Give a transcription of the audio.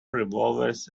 revolvers